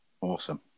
Awesome